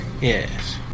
Yes